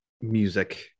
music